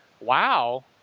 wow